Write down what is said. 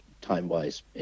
time-wise